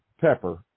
pepper